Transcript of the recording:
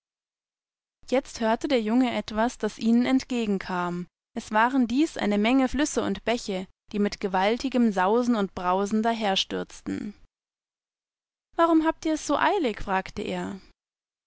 jetzt hörte der junge etwas das ihnen entgegenkam es waren dies eine menge flüsse und bäche die mit gewaltigem sausen und brausen daherstürzten warumhabtihressoeilig fragteer siefliehenvordem großen versteinerer der